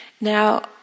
Now